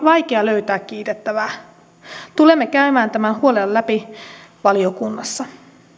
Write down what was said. vaikea löytää kiitettävää tulemme käymään tämän huolella läpi valiokunnassa